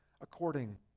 according